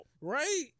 Right